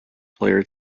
player